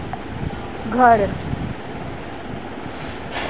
घरु